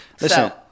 Listen